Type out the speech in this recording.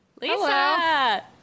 Lisa